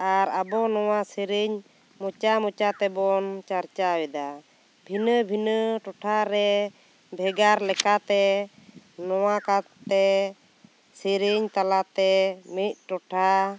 ᱟᱨ ᱟᱵᱚ ᱱᱚᱣᱟ ᱥᱮᱹᱨᱮᱹᱧ ᱢᱚᱪᱟ ᱢᱚᱪᱟ ᱛᱮᱵᱚᱱ ᱪᱟᱨᱪᱟᱣᱮᱫᱟ ᱵᱷᱤᱱᱟᱹ ᱵᱷᱤᱱᱟᱹ ᱴᱚᱴᱷᱟ ᱨᱮ ᱵᱷᱮᱜᱟᱨ ᱞᱮᱠᱟᱛᱮ ᱱᱚᱣᱟ ᱠᱟᱛᱮᱫ ᱥᱮᱹᱨᱮᱹᱧ ᱛᱟᱞᱟ ᱛᱮ ᱢᱤᱫ ᱴᱚᱴᱷᱟ